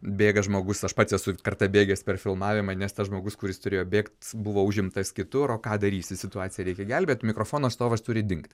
bėga žmogus aš pats esu kartą bėgęs per filmavimą nes tas žmogus kuris turėjo bėgt buvo užimtas kitur o ką darysi situaciją reikia gelbėt mikrofono stovas turi dingt